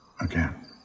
again